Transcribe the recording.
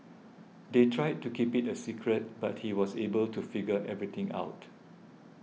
they tried to keep it a secret but he was able to figure everything out